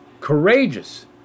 courageous